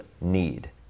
need